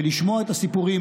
ולשמוע את הסיפורים,